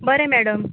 बरें मॅडम